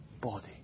body